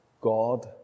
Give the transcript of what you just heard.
God